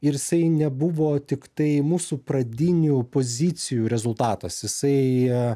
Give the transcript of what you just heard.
ir jisai nebuvo tiktai mūsų pradinių pozicijų rezultatas jisai